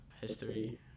history